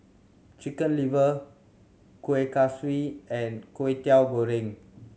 Chicken Liver Kueh Kaswi and Kwetiau Goreng